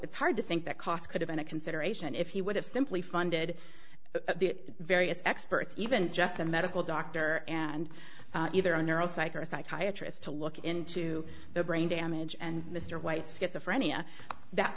it's hard to think that cost could have been a consideration if he would have simply funded the various experts even just a medical doctor and either a neuro psych or a psychiatrist to look into the brain damage and mr white schizophrenia that